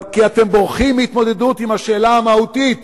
כי אתם בורחים מהתמודדות עם השאלה המהותית